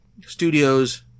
Studios